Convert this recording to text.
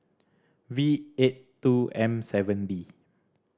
V eight two M seven D